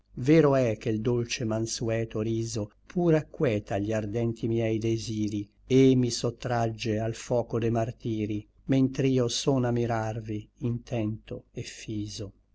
vero è che l dolce manseto riso pur acqueta gli ardenti miei desiri et mi sottragge al foco de martiri mentr'io son a mirarvi intento et fiso